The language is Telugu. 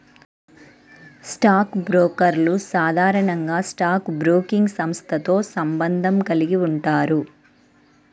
స్టాక్ బ్రోకర్లు సాధారణంగా స్టాక్ బ్రోకింగ్ సంస్థతో సంబంధం కలిగి ఉంటారు